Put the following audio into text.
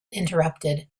interrupted